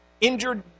Injured